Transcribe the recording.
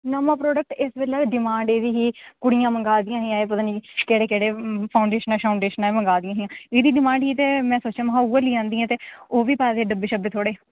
नमां प्रोडक्ट इसलै डिमांड एह्दी ही कुड़ियां मंगाये दे हे पता निं केह्ड़े केह्ड़े फाऊंडेशनां फाऊंडेशनां मंगाई दियां हियां एह्दी डिमांड ही ते में सोचेआ उऐ लेई आह्नी आं ते ओह्बी पाये दे डब्बे थोह्ड़े